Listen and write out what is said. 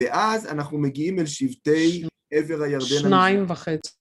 ואז אנחנו מגיעים לשבטי עבר הירדן (שניים וחצי).